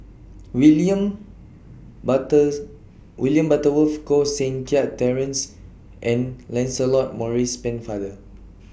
William butters William Butterworth Koh Seng Kiat Terence and Lancelot Maurice Pennefather